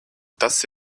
tas